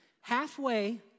halfway